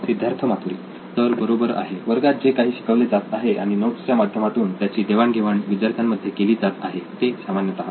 सिद्धार्थ मातुरी तर बरोबर आहे वर्गात जे काही शिकवले जात आहे आणि नोट्सच्या माध्यमातून त्याची देवाण घेवाण विद्यार्थ्या मध्ये केली जात आहे ते सामान्यतः